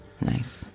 nice